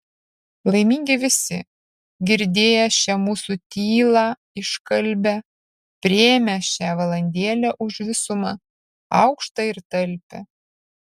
laimingi visi girdėję šią mūsų tylą iškalbią priėmę šią valandėlę už visumą aukštą ir talpią